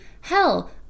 hell